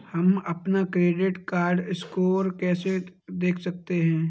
हम अपना credit score कैसे देख सकते हैं?